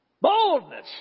Boldness